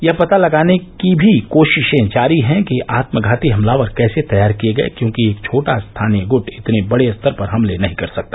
यह पता लगाने की भी कोशिशें जारी हैं कि आत्मघाती हमलावर केसे तैयार किए गए क्योंकि एक छोटा स्थानीय गुट इतने बड़े स्तर पर हमले नहीं कर सकता